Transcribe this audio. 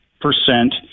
percent